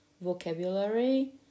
vocabulary